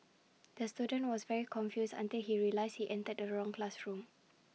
the student was very confused until he realised he entered the wrong classroom